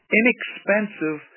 inexpensive